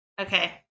Okay